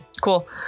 Cool